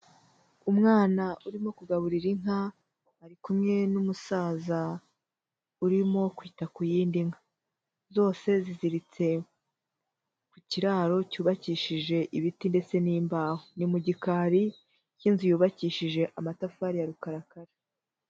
Umwana urimo kugaburira inka, ari kumwe n'umusaza urimo kwita ku yindi nka, zose ziziritse ku kiraro cyubakishije ibiti ndetse n'imbaho, ni mu gikari cy'inzu yubakishije amatafari ya rukarakara.